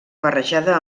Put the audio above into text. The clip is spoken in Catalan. barrejada